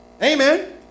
Amen